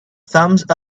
thumbs